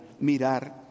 mirar